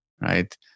right